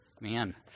man